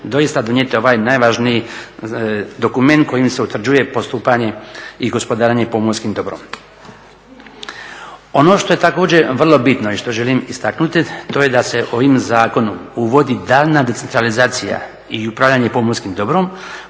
doista donijeti ovaj najvažniji dokument kojim se utvrđuje postupanje i gospodarenje pomorskim dobrom. Ono što je također vrlo bitno i što želim istaknuti, to je da se ovim zakonom uvodi daljnja decentralizacija i upravljanje pomorskim dobrom